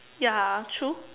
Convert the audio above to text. ya true